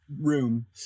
room